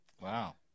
Wow